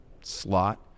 slot